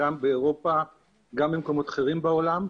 גם באירופה וגם במקומות אחרים בעולם,